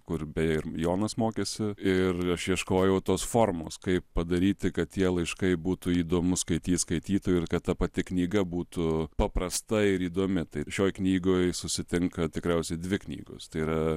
kur beje ir jonas mokėsi ir aš ieškojau tos formos kaip padaryti kad tie laiškai būtų įdomu skaityti skaitytojų ir kad ta pati knyga būtų paprasta ir įdomi tai šioj knygoj susitinka tikriausiai dvi knygos tai yra